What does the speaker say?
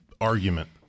argument